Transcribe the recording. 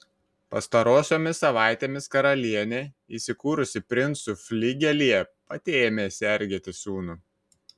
pastarosiomis savaitėmis karalienė įsikūrusi princų fligelyje pati ėmė sergėti sūnų